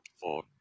four